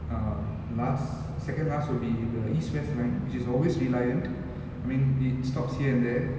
uh last second last would be the east west line which is always reliant I mean it stops here and there